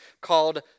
called